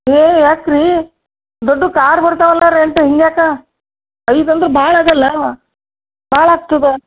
ಏಯ್ ಯಾಕೆ ರೀ ದೊಡ್ಡ ಕಾರ್ ಬರ್ತಾವಲ್ಲ ರೆಂಟ್ ಹಿಂಗ್ಯಾಕೆ ಐದು ಅಂದ್ರೆ ಭಾಳ ಅದಲ್ಲ ಭಾಳ ಆಗ್ತದೆ